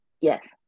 Yes